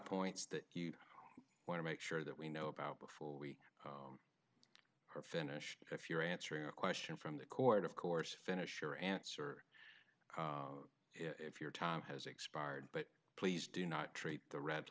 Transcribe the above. points that you want to make sure that we know about before we are finished if you're answering a question from the court of course finish your answer if your time has expired but please do not treat the red